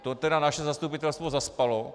To teda naše zastupitelstvo zaspalo.